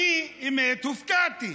האמת, אני הופתעתי